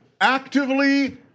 actively